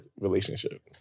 relationship